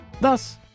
Thus